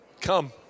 Come